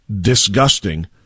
disgusting